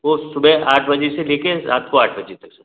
वो सुबह आठ बजे से ले कर रात को आठ बजे तक सर